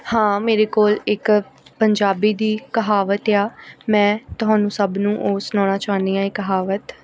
ਹਾਂ ਮੇਰੇ ਕੋਲ ਇੱਕ ਪੰਜਾਬੀ ਦੀ ਕਹਾਵਤ ਆ ਮੈਂ ਤੁਹਾਨੂੰ ਸਭ ਨੂੰ ਉਹ ਸੁਣਾਉਣਾ ਚਾਹੁੰਦੀ ਹਾਂ ਇਹ ਕਹਾਵਤ